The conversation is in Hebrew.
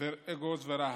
אגוז ורהט,